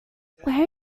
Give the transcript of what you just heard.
where